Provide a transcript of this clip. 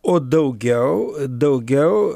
o daugiau daugiau